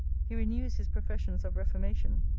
he renews his professions of reformation.